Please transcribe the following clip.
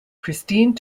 christine